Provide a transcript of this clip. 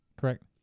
correct